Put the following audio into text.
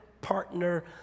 partner